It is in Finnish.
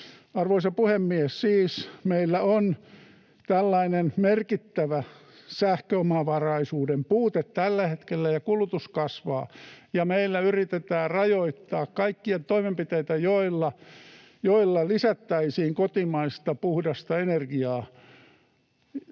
Arvoisa puhemies! Siis meillä on tällainen merkittävä sähköomavaraisuuden puute tällä hetkellä, ja kulutus kasvaa, ja meillä yritetään rajoittaa kaikkia toimenpiteitä, joilla lisättäisiin kotimaista, puhdasta energiaa.